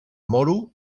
moro